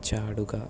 ചാടുക